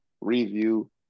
review